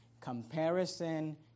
Comparison